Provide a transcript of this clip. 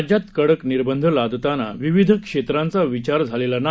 राज्यात कडक निर्बंध लादताना विविध क्षेत्रांचा विचार झालेला नाही